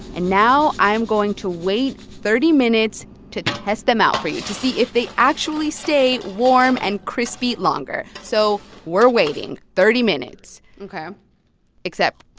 and now i'm going to wait thirty minutes to test them out for you to see if they actually stay warm and crispy longer. so we're waiting thirty minutes ok except,